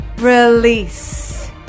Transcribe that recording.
Release